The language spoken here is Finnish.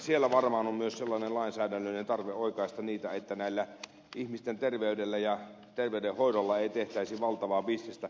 siellä varmaan on myös sellainen lainsäädännöllinen tarve oikaista sitä että ihmisten terveydellä ja terveydenhoidolla ei tehtäisi valtavaa bisnestä